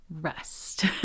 rest